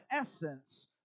essence